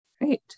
Great